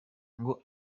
ngo